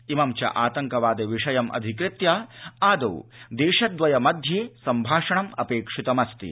इमं च आतंकवाद विषयम् अधिकृत्य आदौ देशद्वय मध्ये संभाषणम् अपेक्षितमस्ति